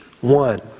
one